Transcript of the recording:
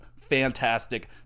Fantastic